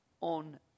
on